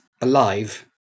alive